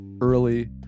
early